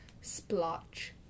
Splotch